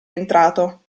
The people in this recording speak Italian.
entrato